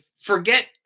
forget